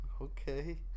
Okay